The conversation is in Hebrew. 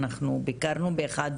אנחנו ביקרנו באחד